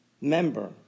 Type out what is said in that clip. member